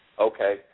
Okay